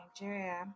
Nigeria